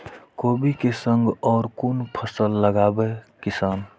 कोबी कै संग और कुन फसल लगावे किसान?